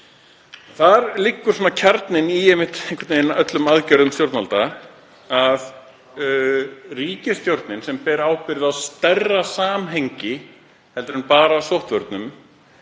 Þar liggur kjarninn í öllum aðgerðum stjórnvalda. Ríkisstjórnin sem ber ábyrgð á stærra samhengi en bara sóttvörnum